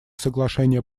соглашения